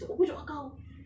sis jerit tak